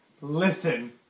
listen